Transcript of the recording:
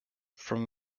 from